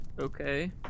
Okay